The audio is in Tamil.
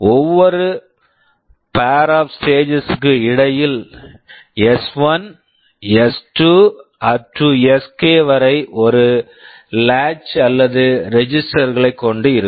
ஒவ்வொரு pair of stages pair of stages களுக்கு இடையில் S 1 S1 S 2 S2 up to up to S K Sk வரை ஒரு லாட்ச் latch அல்லது ரெஜிஸ்டர்ஸ் registers -களைக் கொண்டு இருக்கும்